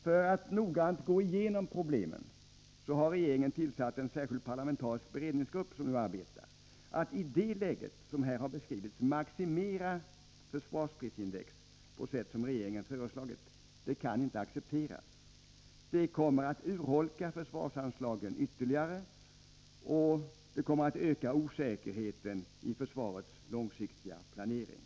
För att noggrant gå igenom problemen har regeringen tillsatt en särskild parlamentarisk beredningsgrupp. Att i det läge som här beskrivits maximera försvarsprisindex på det sätt som regeringen har föreslagit kan inte accepteras. Det kommer att urholka försvarsanslagen ytterligare och öka osäkerheten i försvarets långsiktiga planering.